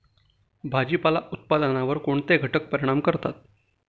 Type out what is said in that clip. भाजीपाला उत्पादनावर कोणते घटक परिणाम करतात?